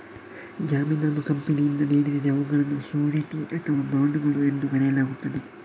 ಜಾಮೀನನ್ನು ಕಂಪನಿಯಿಂದ ನೀಡಿದರೆ ಅವುಗಳನ್ನು ಶ್ಯೂರಿಟಿ ಅಥವಾ ಬಾಂಡುಗಳು ಎಂದು ಕರೆಯಲಾಗುತ್ತದೆ